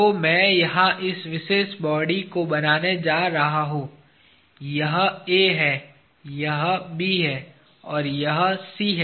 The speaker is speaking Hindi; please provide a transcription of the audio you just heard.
तो मैं यहाँ इस विशेष बॉडी को बनाने जा रहा हूँ यह A है यह B है और यह C है